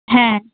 হ্যাঁ